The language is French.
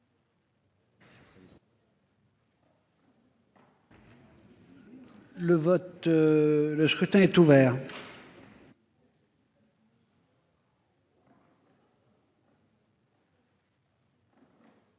Le scrutin est ouvert.